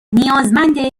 نیازمند